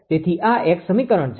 તેથી આ એક સમીકરણ છે